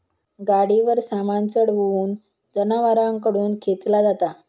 गाडीवर सामान चढवून जनावरांकडून खेंचला जाता